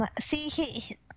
See